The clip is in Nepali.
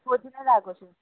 सोध्न लगाएको छु